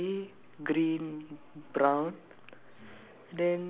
then grey green brown